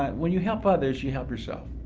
when you help others, you help yourself.